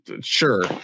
sure